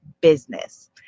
Business